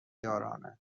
یارانه